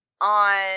on